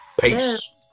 Peace